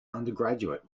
undergraduate